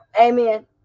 Amen